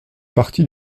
partie